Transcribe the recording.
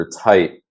tight